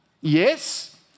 Yes